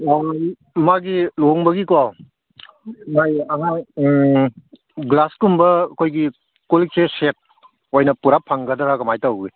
ꯎꯝ ꯃꯥꯒꯤ ꯂꯨꯍꯣꯡꯕꯒꯤꯀꯣ ꯃꯥꯒꯤ ꯑꯉꯥꯡ ꯒ꯭ꯂꯥꯁꯀꯨꯝꯕ ꯑꯩꯈꯣꯏꯒꯤ ꯀꯣꯜꯂꯤꯛꯁꯦ ꯁꯦꯠ ꯑꯣꯏꯅ ꯄꯨꯔꯥ ꯐꯪꯒꯗ꯭ꯔ ꯀꯃꯥꯏ ꯇꯧꯏ